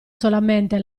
solamente